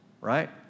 right